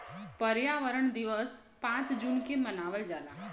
पर्यावरण दिवस पाँच जून के मनावल जाला